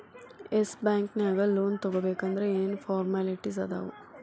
S bank ನ್ಯಾಗ್ loan ತಗೊಬೇಕಂದ್ರ ಏನೇನ್ ಫಾರ್ಮ್ಯಾಲಿಟಿಸ್ ಅದಾವ?